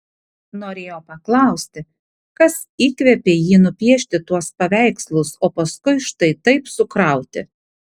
norėjo paklausti kas įkvėpė jį nupiešti tuos paveikslus o paskui štai taip sukrauti